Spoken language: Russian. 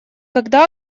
когда